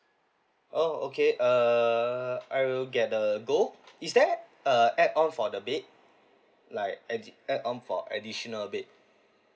oh okay uh I will get the gold is there uh add on for the bed like addi~ add on for additional bed